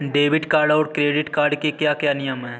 Debit card और credit card के क्या क्या नियम हैं?